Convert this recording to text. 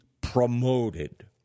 promoted